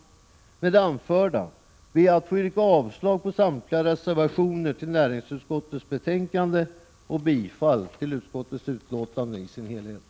Med det anförda ber jag att få yrka avslag på samtliga reservationer till näringsutskottets betänkande nr 29 och bifall till utskottets hemställan.